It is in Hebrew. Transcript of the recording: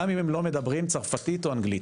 גם אם הם לא מדברים צרפתית או אנגלית.